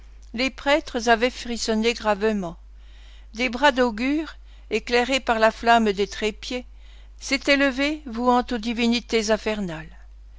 les prêtres avaient frissonné gravement des bras d'augures éclairés par la flamme des trépieds s'étaient levés vouant aux divinités